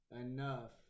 enough